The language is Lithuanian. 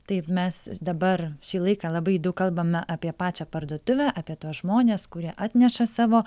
taip mes dabar šį laiką labai daug kalbame apie pačią parduotuvę apie tuos žmones kurie atneša savo